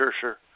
sure